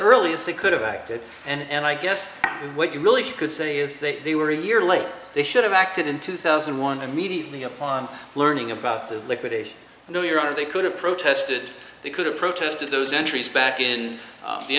earliest they could have acted and i guess what you really could say is that they were a year later they should have acted in two thousand and one immediately upon learning about the liquidation no your honor they could have protested they could have protested those entries back in